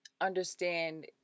understand